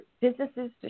businesses